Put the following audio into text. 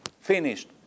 finished